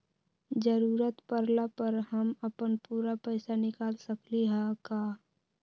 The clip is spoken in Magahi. जरूरत परला पर हम अपन पूरा पैसा निकाल सकली ह का?